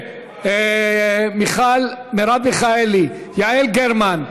מרב מיכאלי, יעל גרמן,